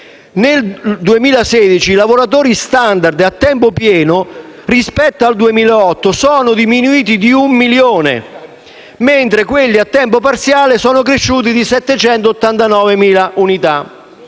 nel 2016 i lavoratori *standard* a tempo pieno rispetto al 2008 sono diminuiti di un milione, mentre quelli a tempo parziale sono cresciuti di 789.000 unità.